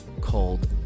called